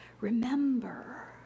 Remember